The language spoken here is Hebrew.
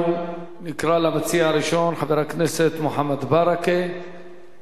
אנחנו נקרא למציע הראשון, חבר הכנסת מוחמד ברכה.